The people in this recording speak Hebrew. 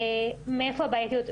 מאיפה הבעייתיות.